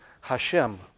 Hashem